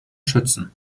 schützen